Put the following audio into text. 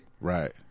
Right